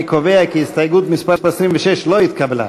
אני קובע כי הסתייגות מס' 26 לא התקבלה.